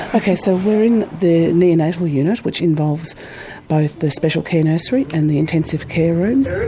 ah okay, so we are in the neonatal unit, which involves both the special care nursery and the intensive care rooms.